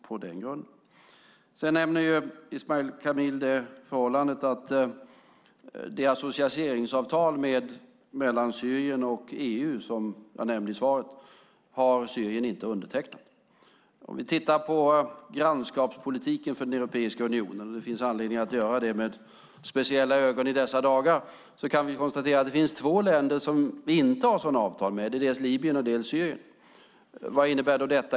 Ismail Kamil nämner att Syrien inte har undertecknat associeringsavtalet mellan Syrien och EU. Om vi tittar på grannskapspolitiken för Europeiska unionen - det finns det anledning att göra med speciella ögon i dessa dagar - kan vi konstatera att det är två länder som vi inte har sådana avtal med, nämligen Libyen och Syrien. Vad innebär det?